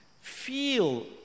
feel